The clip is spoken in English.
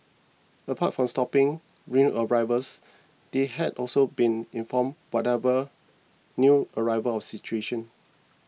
apart from stopping new arrivals they had also been inform whatever new arrivals of situation